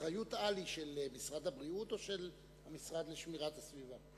אחריות העל היא של משרד הבריאות או של המשרד להגנת הסביבה?